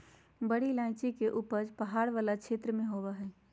बड़ी इलायची के उपज पहाड़ वाला क्षेत्र में होबा हइ